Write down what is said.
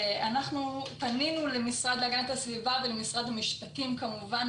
אנחנו פנינו למשרד להגנת הסביבה ולמשרד המשפטים כמובן,